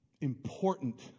Important